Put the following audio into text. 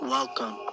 Welcome